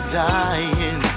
dying